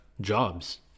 jobs